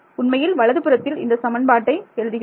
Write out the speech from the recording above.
உண்மையில் வலது புறத்தில் இந்த சமன்பாட்டை எழுதுகிறோம்